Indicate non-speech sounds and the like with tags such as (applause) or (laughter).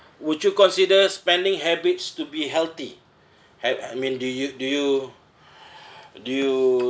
would you consider spending habits to be healthy have I mean do you do you (breath) do you